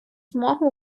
змогу